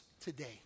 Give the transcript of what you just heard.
today